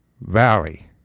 Valley